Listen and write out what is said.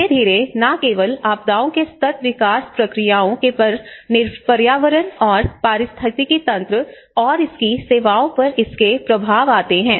धीरे धीरे न केवल आपदाओं के सतत विकास प्रक्रियाओं में पर पर्यावरण और पारिस्थितिकी तंत्र और इसकी सेवाओं पर इसके प्रभाव आते हैं